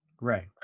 Right